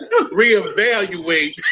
reevaluate